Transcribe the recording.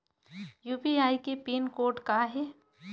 UPI के pin code का हे?